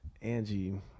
angie